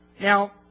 Now